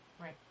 Right